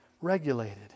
regulated